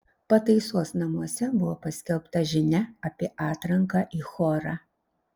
pataisos namuose buvo paskelbta žinia apie atranką į chorą